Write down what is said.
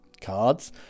cards